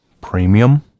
premium